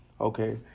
Okay